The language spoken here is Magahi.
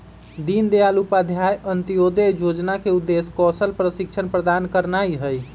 दीनदयाल उपाध्याय अंत्योदय जोजना के उद्देश्य कौशल प्रशिक्षण प्रदान करनाइ हइ